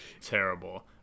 terrible